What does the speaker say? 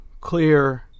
clear